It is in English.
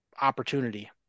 opportunity